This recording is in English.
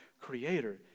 creator